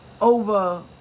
Over